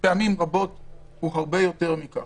פעמים רבות נמשך הרבה יותר מכך,